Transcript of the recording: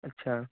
اچھا